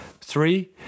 three